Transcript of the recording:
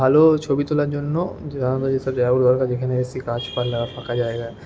ভালো ছবি তোলার জন্য আমাদের যেসব জায়গাগুলো দরকার যেখানে বেশী গাছপালা ফাঁকা জায়গা